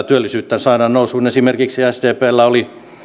työllisyyttä saadaan nousuun esimerkiksi sdpllä oli